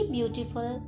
Beautiful